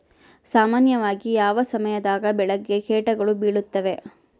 ಸಾಮಾನ್ಯವಾಗಿ ಯಾವ ಸಮಯದಾಗ ಬೆಳೆಗೆ ಕೇಟಗಳು ಬೇಳುತ್ತವೆ?